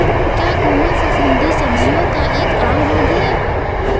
क्या कोमल फफूंदी सब्जियों का एक आम रोग है?